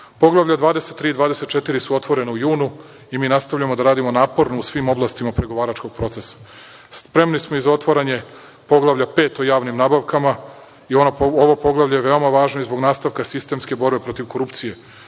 23 i 24 su otvorena u junu i mi nastavljamo da radimo naporno u svim oblastima pregovaračkog procesa. Spremni smo i za otvaranje Poglavlja 5 o javnim nabavkama. Ovo poglavlje je veoma važno i zbog nastavka sistemske borbe protiv korupcije.